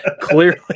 clearly